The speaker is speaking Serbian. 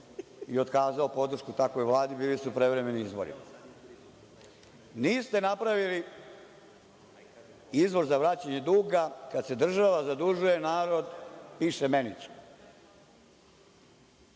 i otkazao podršku takvoj Vladi i bili su prevremeni izbori. Niste napravili izvoz za vraćanje duga kada se država zadužuje, narod piše menicu.